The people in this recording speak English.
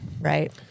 Right